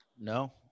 no